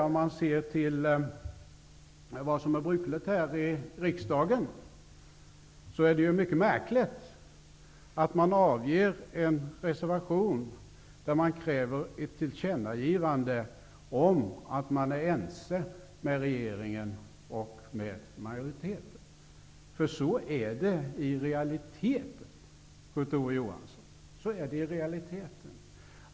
Om man ser till vad som är brukligt här i riksdagen är det mycket märkligt att man avger en reservation där man kräver ett tillkännagivande om att man är ense med regeringen och utskottsmajoriteten. För så är det i realiteten, Kurt Ove Johansson.